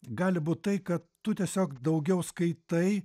gali būti tai kad tu tiesiog daugiau skaitai